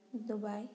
Dubai